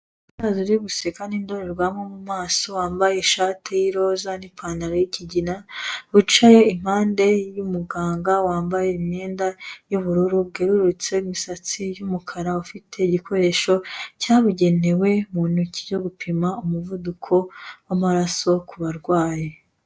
Umwana uri guseka n'indororwamo mu maso wambaye ishati y'iroze n'ipantaro y'ikigina wicaye impande y'umuganga wambaye imyenda y'ubururu bwererutse imisatsi y'umukara ifite igikoresho cyabugenewe mu ntoki cyo gupima umuvuduko w'amaraso ku barwayi.